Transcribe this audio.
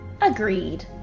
Agreed